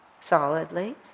solidly